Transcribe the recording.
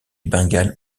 bengale